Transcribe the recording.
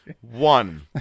One